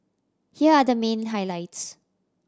here are the main highlights